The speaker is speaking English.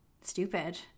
stupid